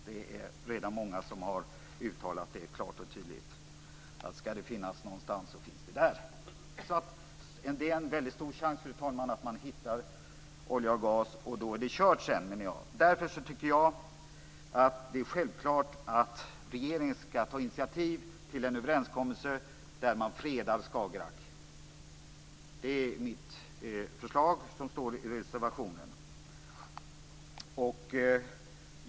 Det är redan många som har uttalat det klart och tydligt. Finns det någonstans så finns det där. Det är en väldigt stor chans, fru talman, att man hittar olja och gas, och då är det kört, menar jag. Därför tycker jag att det är självklart att regeringen skall ta initiativ till en överenskommelse om att freda Skagerrak. Det är mitt förslag, som finns med i reservationen.